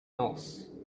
else